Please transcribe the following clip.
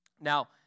Now